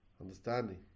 Understanding